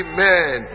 Amen